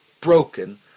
broken